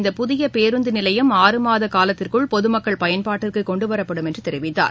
இந்த புதிய பேருந்து நிலையம் ஆறு மாத காலத்திற்குள் பொதுமக்கள் பயன்பாட்டிற்கு கொண்டுவரப்படும் என்று தெரிவித்தார்